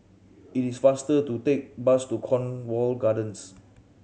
it is faster to take bus to Cornwall Gardens